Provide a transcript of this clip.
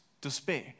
despair